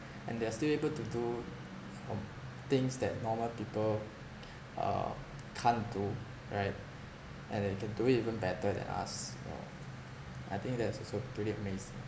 and they are still able to do um things that normal people uh can't do right and they can do it even better than us you know I think that is also pretty amazing